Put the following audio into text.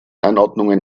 anordnungen